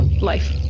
life